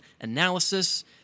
analysis